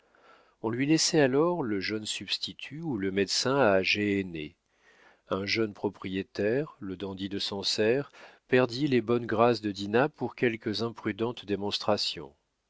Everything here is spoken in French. on lui laissait alors le jeune substitut ou le médecin à gehenner un jeune propriétaire le dandy de sancerre perdit les bonnes grâces de dinah pour quelques imprudentes démonstrations